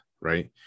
Right